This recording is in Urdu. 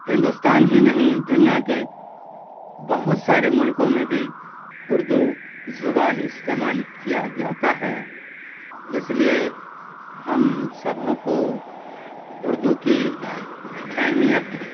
ہندوستان ہی نہیں دنیا کے بہت سارے ملکوں میں بھی اردو زبان استعمال کیا جاتا ہے اس لیے ہم سبھوں کو اردو کی اہمیت